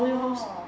orh